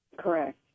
correct